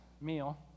meal